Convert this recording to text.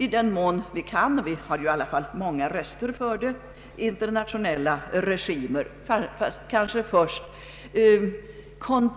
I den mån vi kan — och vi har många röster för det — bör vi söka upprätta internationella regimer. Först bör vi kanske få igenom